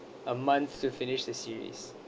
a month to finish the series